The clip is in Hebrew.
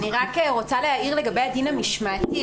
אני רוצה להעיר לגבי הדין המשמעתי.